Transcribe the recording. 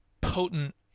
potent